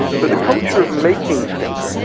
but the culture of making things,